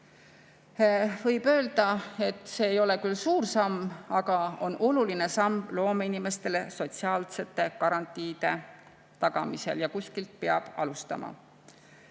Võib öelda, et see ei ole küll suur samm, aga on oluline samm loomeinimestele sotsiaalsete garantiide tagamisel. Kuskilt peab alustama.